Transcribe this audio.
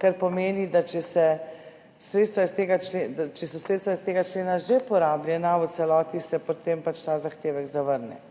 kar pomeni, da če so sredstva iz tega člena že porabljena, se potem pač v celoti ta zahtevek zavrne